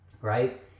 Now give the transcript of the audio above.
right